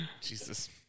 Jesus